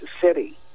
city